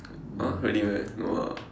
!huh! really meh no lah